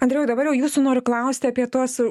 andriau dabar jau jūsų noriu klausti apie tuos